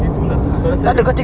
itulah aku rasa di~